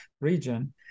region